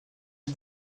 est